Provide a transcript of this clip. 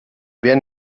wer